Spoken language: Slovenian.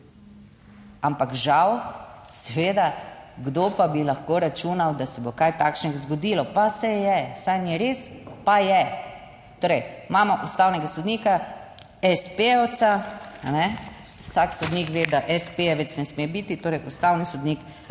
Ampak žal seveda, kdo pa bi lahko računal, da se bo kaj takšnega zgodilo. Pa se je, saj ni res, pa je. Torej, imamo ustavnega sodnika, espejevca, vsak sodnik ve, da espejevec ne sme biti. Torej, ustavni sodnik